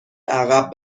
عقب